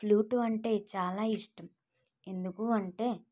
flute అంటే చాలా ఇష్టం ఎందుకంటే